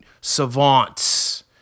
savants